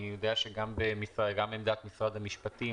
אני יודע שגם עמדת במשרד המשפטים,